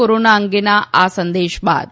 corona અંગેના આ સંદેશ બાદ